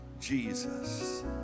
Jesus